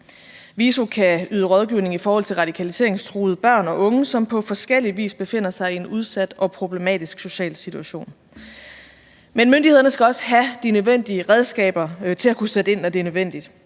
VISO kan yde rådgivning i forhold til radikaliseringstruede børn og unge, som på forskellig vis befinder sig i en udsat og problematisk social situation. Men myndighederne skal også have de nødvendige redskaber til at kunne sætte ind, når det er nødvendigt.